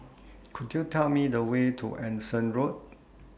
Could YOU Tell Me The Way to Anson Road